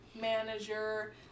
manager